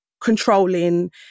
controlling